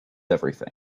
everything